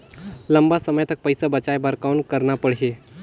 लंबा समय तक पइसा बचाये बर कौन करना पड़ही?